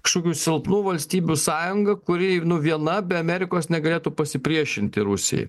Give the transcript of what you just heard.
kažkokių silpnų valstybių sąjunga kuri nu viena be amerikos negalėtų pasipriešinti rusijai